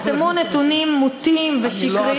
ופרסמו נתונים מוטים ושקריים,